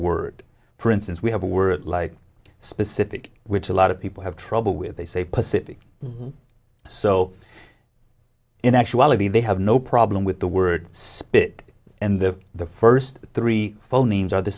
word for instance we have a word like specific which a lot of people have trouble with they say pacific so in actuality they have no problem with the word spit and the the first three phonemes are the